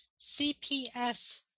CPS